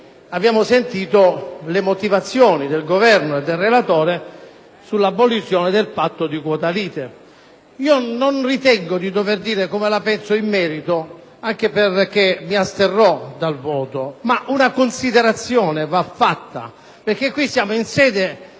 Abbiamo sentito le motivazioni del Governo e del relatore sull'abolizione del patto di quota lite. Io non ritengo di dover dire come la penso in merito, anche perché mi asterrò dal voto, ma una considerazione va fatta, perché qui siamo in sede